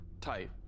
tight